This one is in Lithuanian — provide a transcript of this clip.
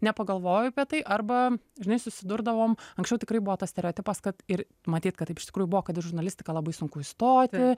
nepagalvojau apie tai arba žinai susidurdavom anksčiau tikrai buvo tas stereotipas kad ir matyt kad taip iš tikrųjų buvo kad į žurnalistiką labai sunku įstoti